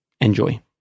Enjoy